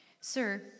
Sir